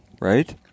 Right